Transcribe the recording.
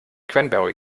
cranberry